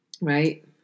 Right